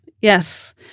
Yes